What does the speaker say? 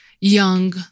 young